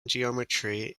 geometry